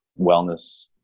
wellness